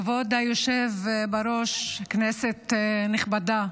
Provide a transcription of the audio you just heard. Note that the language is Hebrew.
כבוד היושב בראש, כנסת נכבדה,